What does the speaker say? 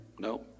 No